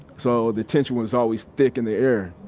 so the tension was always thick in the air.